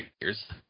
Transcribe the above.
Year's